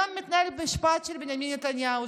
היום מתנהל משפט של בנימין נתניהו,